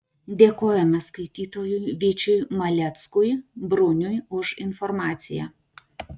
dėkojame skaitytojui vyčiui maleckui bruniui už informaciją